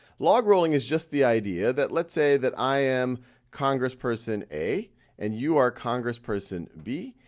logrolling is just the idea that let's say that i am congressperson a and you are congressperson b,